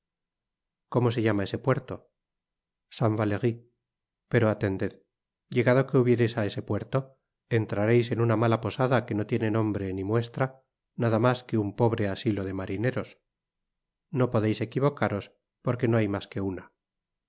como se llama ese puerto saint valery pero atended llegado que hubiereis á ese puerto entrareis en ana mala posada que no tiene nombre ni muestra nada mas que un pobre asilo de marineros no podeis equivocaros porque no hay mas que una